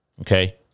okay